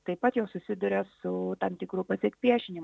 taip pat jos susiduria su tam tikru pasipriešinimu